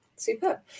super